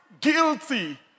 guilty